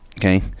okay